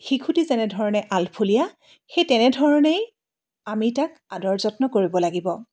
শিশুটি যেনেধৰণে আলফুলীয়া সেই তেনেধৰণেই আমি তাক আদৰ যত্ন কৰিব লাগিব